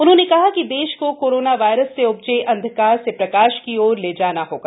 उन्होंने कहा कि देश को कोरोना वायरस से उपजे अंधकार से प्रकाश की ओर ले जाना होगा